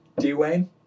Dwayne